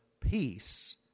peace